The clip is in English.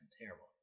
terrible